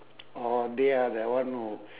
or they are the one who